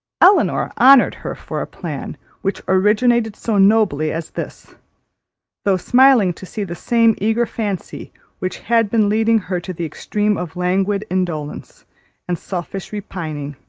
elinor honoured her for a plan which originated so nobly as this though smiling to see the same eager fancy which had been leading her to the extreme of languid indolence and selfish repining,